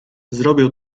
zrobię